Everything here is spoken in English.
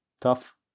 tough